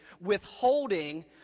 withholding